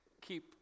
keep